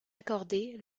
accordée